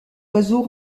oiseau